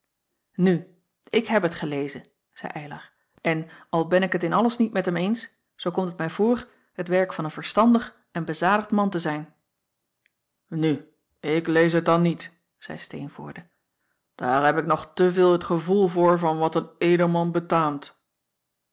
u ik heb het gelezen zeî ylar en al ben ik het in alles niet met hem eens zoo komt het mij voor het werk van een verstandig en bezadigd man te zijn u ik lees het dan niet zeî teenvoorde daar heb ik nog te veel het gevoel voor van wat een edelman betaamt